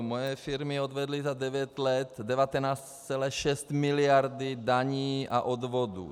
Moje firmy odvedly za 9 let 19,6 mld. daní a odvodů.